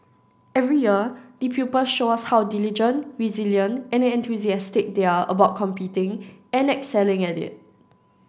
every year the pupils show us how diligent resilient and enthusiastic they are about competing and excelling at it